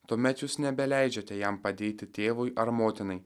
tuomet jūs nebeleidžiate jam padėti tėvui ar motinai